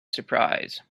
surprise